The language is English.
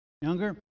younger